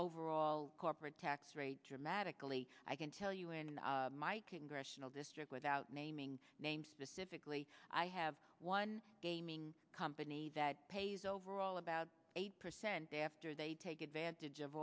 overall corporate tax rate dramatically i can tell you in my congressional district without naming names specifically i have one gaming company that pays overall about eight percent after they take advantage of